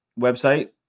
website